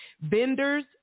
Vendors